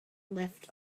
left